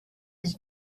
his